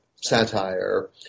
Satire